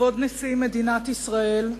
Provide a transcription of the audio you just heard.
כבוד נשיא מדינת ישראל,